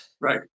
right